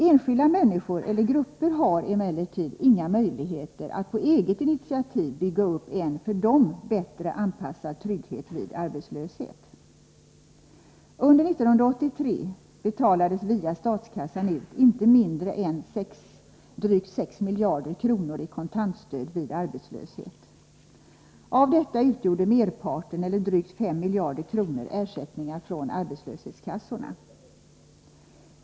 Enskilda människor eller grupper har emellertid inga möjligheter att på eget initiativ bygga upp en för dem bättre anpassad trygghet vid arbetslöshet. Under 1983 betalades via statskassan ut inte mindre än drygt 6 miljarder kronor i kontantstöd vid arbetslöshet. Av detta utgjorde merparten, eller drygt 5 miljarder kronor, ersättningar från arbetslöshetskassorna.